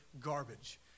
garbage